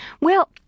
Well